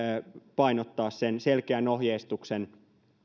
painottaa selkeän ohjeistuksen